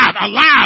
alive